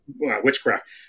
witchcraft